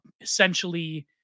essentially